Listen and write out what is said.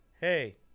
Hey